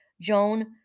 Joan